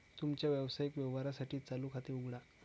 तुमच्या व्यावसायिक व्यवहारांसाठी चालू खाते उघडा